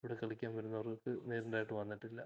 ഇവിടെ കളിക്കാൻ വരുന്നവർക്ക് വന്നിട്ടില്ല